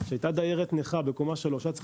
כשהייתה דיירת נכה בקומה שלישית וצריך